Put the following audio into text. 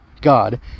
God